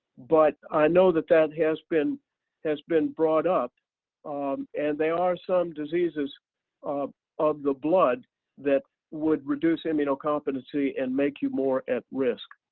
but i know that that has been has been brought up um and there are some diseases of of the blood that would reduce immunocompetency and make you more at risk